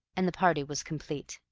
and the party was complete.